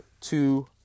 two